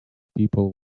people